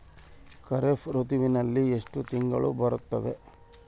ಖಾರೇಫ್ ಋತುವಿನಲ್ಲಿ ಎಷ್ಟು ತಿಂಗಳು ಬರುತ್ತವೆ?